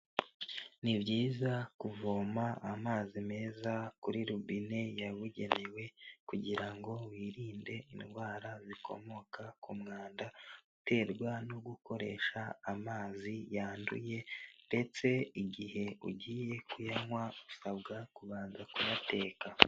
Ni byiza kuvoma amazi meza kuri robine yabugenewe, kugira ngo wirinde indwara zikomoka ku mwanda, uterwa no gukoresha amazi yanduye ndetse igihe ugiye kuyanywa, usabwa kubanza kuyateka.